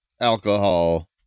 alcohol